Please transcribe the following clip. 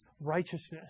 righteousness